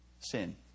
sin